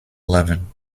leven